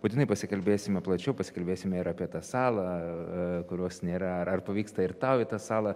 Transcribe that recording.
būtinai pasikalbėsime plačiau pasikalbėsime ir apie tą salą kurios nėra ar ar pavyksta ir tau į tą salą